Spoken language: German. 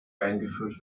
eingeführt